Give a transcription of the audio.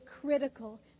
critical